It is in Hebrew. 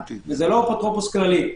וזה לא אפוטרופוס כללי.